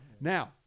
Now